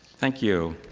thank you.